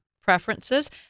preferences